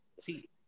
see